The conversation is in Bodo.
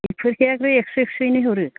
फोरखियाखौ एक्स' एक्स'यैनो हरो